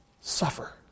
suffer